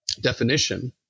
definition